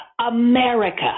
America